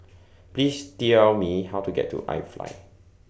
Please Tell Me How to get to I Fly